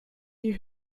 die